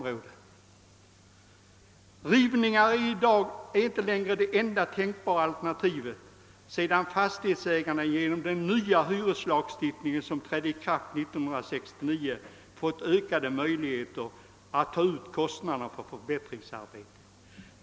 Rivningar är inte längre det enda tänkbara alternativet, sedan fastighetsägarna genom den nya hyreslagstiftningen, som trädde i kraft 1969, fått ökade möjligheter att ta ut kostnaderna för förbättringsarbeten.